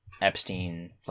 Epstein